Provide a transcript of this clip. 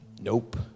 Nope